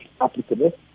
applicable